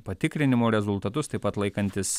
patikrinimo rezultatus taip pat laikantis